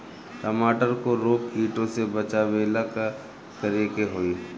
टमाटर को रोग कीटो से बचावेला का करेके होई?